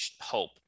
hope